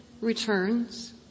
returns